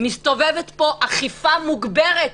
מסתובבת פה אכיפה מוגברת.